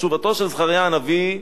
תשובתו של זכריה הנביא: